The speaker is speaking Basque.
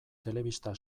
telebista